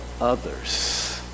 others